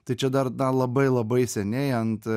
tai čia dar labai labai seniai ant